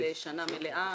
לשנה מלאה,